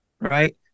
right